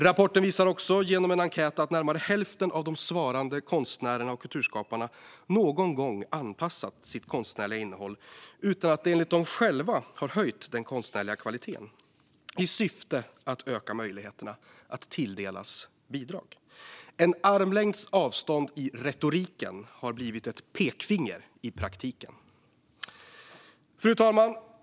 Rapporten visar också genom en enkät att närmare hälften av de svarande konstnärerna och kulturskaparna någon gång anpassat sitt konstnärliga innehåll utan att det enligt dem själva har höjt den konstnärliga kvaliteten i syfte att öka möjligheterna att tilldelas bidrag. En armlängds avstånd i retoriken har blivit ett pekfinger i praktiken. Fru talman!